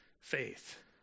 faith